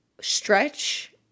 stretch